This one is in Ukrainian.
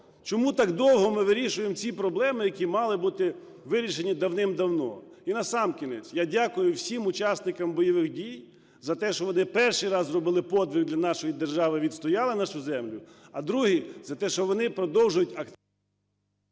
Чому так довго ми вирішуємо ці проблеми, які б мали бути вирішені давним-давно? І насамкінець, я дякую всім учасникам бойових дій за те, що вони перший раз зробили подвиг для нашої держави і відстояли нашу землю. А друге, за те що вони продовжують… ГОЛОВУЮЧИЙ.